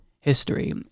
history